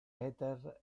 peter